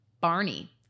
Barney